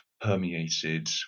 permeated